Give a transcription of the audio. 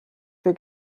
für